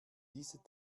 diese